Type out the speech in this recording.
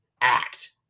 act